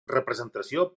representació